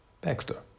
Baxter